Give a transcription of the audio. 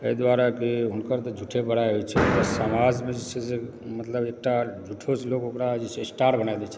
एहि दुआरे कि हुनकर तऽ झूठे बड़ाइ होइ छै बस समाजमे जे छै से बस मतलब एकटा झूठोसंँ लोक ओकरा जे छै से स्टार बना दै छथिन